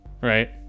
right